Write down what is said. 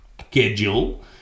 schedule